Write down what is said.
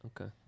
Okay